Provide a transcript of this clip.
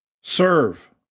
serve